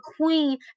queen